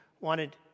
wanted